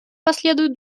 последуют